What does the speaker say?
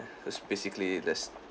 is basically there's